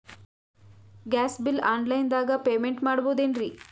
Gas bill online ದಾಗ payment ಮಾಡಬೋದೇನ್ರಿ?